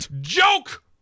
Joke